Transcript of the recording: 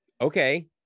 okay